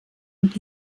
und